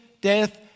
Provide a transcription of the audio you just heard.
Death